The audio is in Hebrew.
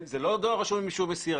זה לא דואר רשום עם אישור מסירה.